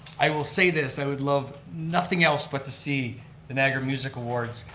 i will say this, i would love nothing else but to see the niagara music awards,